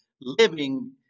living